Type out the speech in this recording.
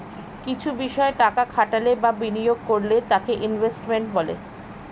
কিছু বিষয় টাকা খাটালে বা বিনিয়োগ করলে তাকে ইনভেস্টমেন্ট বলে